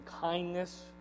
kindness